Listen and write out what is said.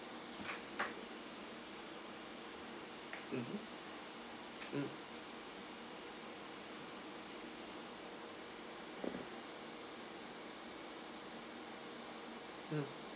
mmhmm um um